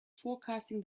forecasting